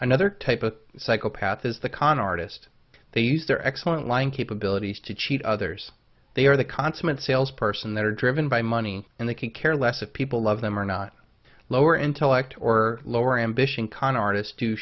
another type of psychopath as the con artist they use their excellent line capabilities to cheat others they are the consummate salesperson that are driven by money and they could care less if people love them or not lower intellect or lower ambition con artists to